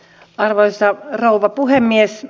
arvoisa rouva puhemies